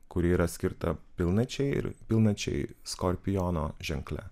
kuri yra skirta pilnačiai ir pilnačiai skorpiono ženkle